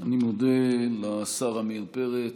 אני מודה לשר עמיר פרץ.